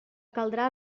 caldrà